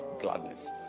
gladness